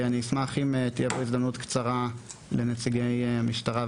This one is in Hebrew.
אני אשמח אם תהיה פה הזדמנות קצרה לנציגי משטרה,